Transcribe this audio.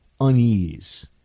unease